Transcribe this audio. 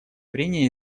прения